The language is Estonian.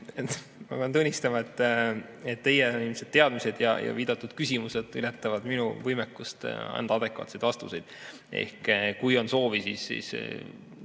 Ma pean tunnistama, et teie teadmised ja viidatud küsimused ületavad minu võimekuse anda adekvaatseid vastuseid. Kui on soovi, siis